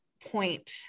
point